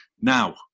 Now